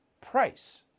price